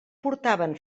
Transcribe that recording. portaven